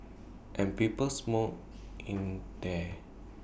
and people smoked in there